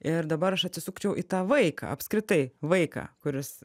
ir dabar aš atsisukčiau į tą vaiką apskritai vaiką kuris